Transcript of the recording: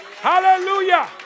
hallelujah